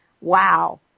Wow